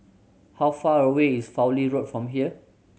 how far away is Fowlie Road from here